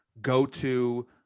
go-to